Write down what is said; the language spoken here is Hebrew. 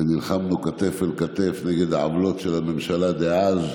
ונלחמנו כתף אל כתף נגד העוולות של הממשלה דאז.